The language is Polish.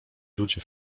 ludzie